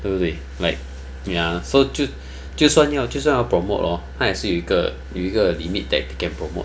对不对 like ya so 就就算要就算 promote 我 hor 他也是有一个有一个 limit that he can promote